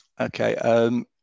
Okay